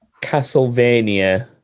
Castlevania